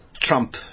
Trump